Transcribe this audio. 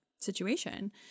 Situation